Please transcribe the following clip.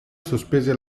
sospese